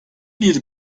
bir